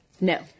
No